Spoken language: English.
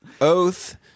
Oath